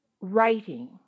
writing